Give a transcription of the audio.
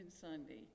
Sunday